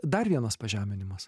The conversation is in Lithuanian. dar vienas pažeminimas